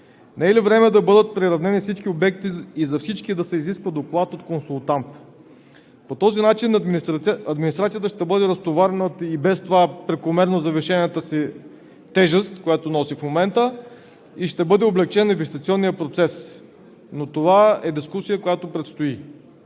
Не е ли време да бъдат приравнени всички обекти и за всички да се изисква доклад от консултант? По този начин администрацията ще бъде разтоварена от и без това прекомерно завишената си тежест, която носи в момента, и ще бъде облекчен инвестиционният процес, но това е дискусия, която предстои.